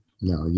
No